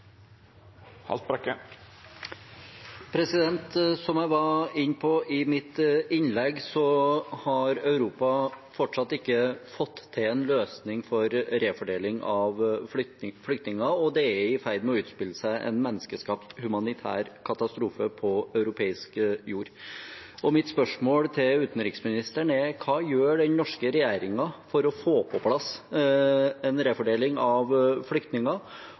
Som jeg var inne på i mitt innlegg, har Europa fortsatt ikke fått til en løsning for refordeling av flyktninger, og det er i ferd med å utspille seg en menneskeskapt humanitær katastrofe på europeisk jord. Mitt spørsmål til utenriksministeren er: Hva gjør den norske regjeringen for å få på plass en refordeling av flyktninger,